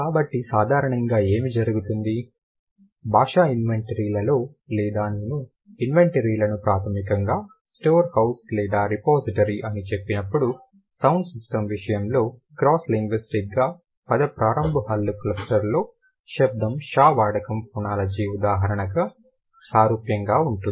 కాబట్టి సాధారణంగా ఏమి జరుగుతుంది భాషా ఇన్వెంటరీలలో లేదా నేను ఇన్వెంటరీలను ప్రాథమికంగా స్టోర్హౌస్ లేదా రిపోజిటరీ అని చెప్పినప్పుడు సౌండ్ సిస్టమ్ విషయంలో క్రాస్ లింగ్విస్టిక్గా పద ప్రారంభ హల్లు క్లస్టర్లో శబ్దం ష వాడకం ఫోనాలజీ ఉదాహరణకి సారూప్యంగా ఉంటుంది